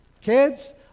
Kids